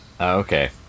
Okay